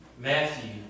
Matthew